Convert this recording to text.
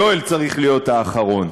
יואל צריך להיות האחרון,